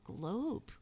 globe